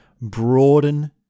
broaden